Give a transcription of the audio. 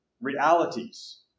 realities